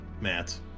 Matt